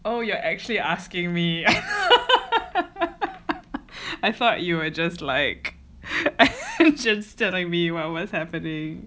oh you're actually asking me I thought you were just like interested in me what was happening